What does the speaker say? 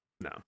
no